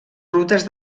rutes